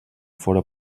fóra